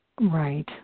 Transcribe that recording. Right